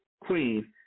queen